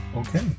Okay